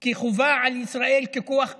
כי חובה על ישראל, ככוח כובש,